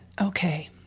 okay